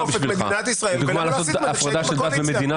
לדוגמה לעשות הפרדה של דת ומדינה,